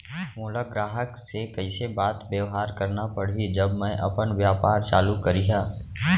मोला ग्राहक से कइसे बात बेवहार करना पड़ही जब मैं अपन व्यापार चालू करिहा?